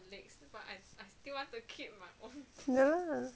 ya